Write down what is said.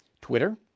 Twitter